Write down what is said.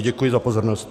Děkuji za pozornost.